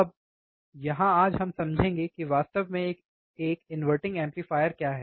अब यहाँ आज हम समझेंगे कि वास्तव में एक इनवर्टिंग एम्पलीफायर क्या है